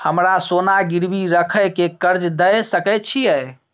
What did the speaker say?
हमरा सोना गिरवी रखय के कर्ज दै सकै छिए?